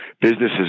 businesses